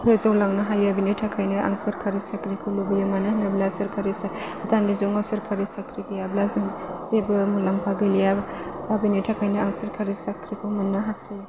फोजौ लांनो हायो बिनि थाखायनो आं सोरखारि साख्रिखौ लुबैयो मानो होनोब्ला सोरखारि साख्रि दानि जुगाव सोरखारि साख्रि गैयाब्ला जों जेबो मुलामफा गैलिया दा बिनि थाखायनो आं सोरखारि साख्रिखौ मोननो हासथायो